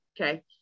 Okay